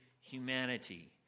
humanity